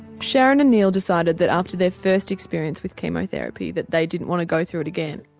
sharon and neil decided that after their first experience with chemotherapy that they didn't want to go through it again.